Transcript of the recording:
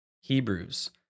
Hebrews